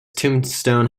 tombstone